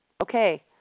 Okay